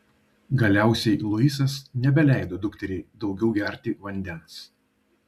galiausiai luisas nebeleido dukteriai daugiau gerti vandens